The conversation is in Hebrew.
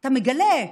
אתה מגלה,